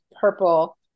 purple